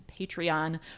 Patreon